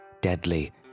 deadly